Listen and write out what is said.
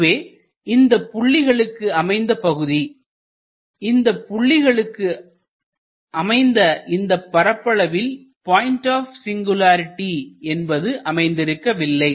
இதுவே இந்தப் புள்ளிகளுக்கு அமைந்த பகுதி இந்த புள்ளிகளுக்கும் அமைந்த இந்த பரப்பளவில் பாயிண்ட் ஆப் சிங்குலரிடி என்பது அமைந்திருக்கவில்லை